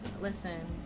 Listen